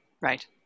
right